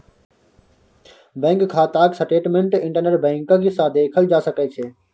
bank खाताक statement internet banking सँ देखल जा सकै छै